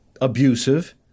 abusive